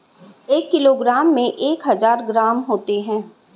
एक किलोग्राम में एक हजार ग्राम होते हैं